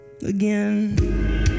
again